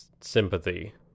sympathy